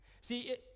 See